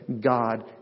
God